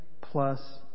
plus